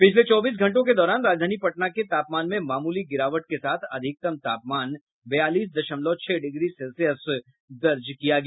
पिछले चौबीस घंटों के दौरान राजधानी पटना के तापमान में मामूली गिरावट के साथ अधिकतम तापमान बयालीस दशमलव छह डिग्री सेल्सियस दर्ज किया गया